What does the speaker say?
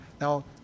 Now